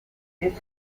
his